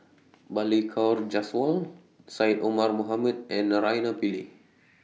Balli Kaur Jaswal Syed Omar Mohamed and Naraina Pillai